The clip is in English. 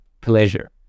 pleasure